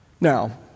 Now